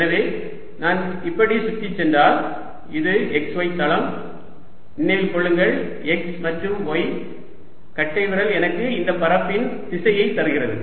எனவே நான் இப்படிச் சுற்றி சென்றால் இது xy தளம் நினைவில் கொள்ளுங்கள் x மற்றும் y கட்டைவிரல் எனக்கு அந்தப் பரப்பின் திசையைத் தருகிறது